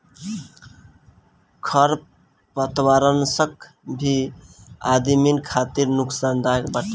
खरपतवारनाशक भी आदमिन खातिर नुकसानदायक बाटे